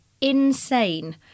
insane